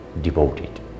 devoted